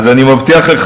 אני מבטיח לך,